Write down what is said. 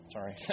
Sorry